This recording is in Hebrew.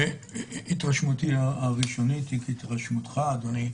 התרשמותי הראשונית היא כהתרשמותך אדוני,